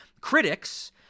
critics